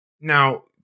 now-